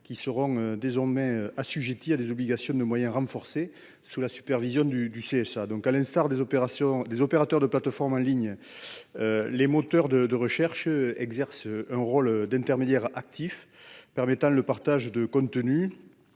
qui seront désormais assujettis à des obligations de moyens renforcées, sous la supervision du CSA. À l'instar des opérateurs de plateformes en ligne, les moteurs de recherche exercent un rôle d'intermédiaires actifs permettant le partage de contenus